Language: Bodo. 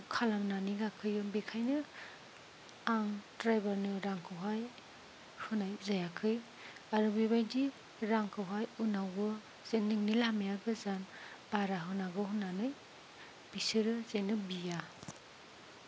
खालामनानै गाखोयो बेखायनो आं द्राइभारनि रांखौहाय होनाय जायाखै आरो बेबायदि रांखौहाय उनावबो जे नोंनि लामाया गोजान बारा होनांगौ होननानै बिसोरो जेन' बिया